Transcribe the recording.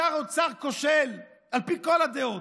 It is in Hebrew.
שר אוצר כושל על פי כל הדעות,